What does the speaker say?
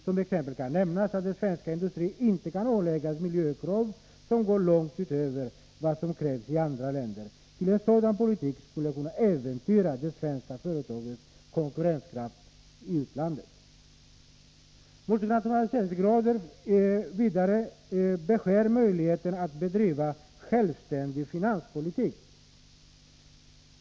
Som exempel kan nämnas att den svenska industrin inte kan åläggas miljökrav som går långt utöver vad som krävs i andra länder, ty en sådan politik skulle kunna äventyra de svenska företagens konkurrenskraft i utlandet.” Multinationaliseringsgraden beskär möjligheten att bedriva en självständig finanspolitik.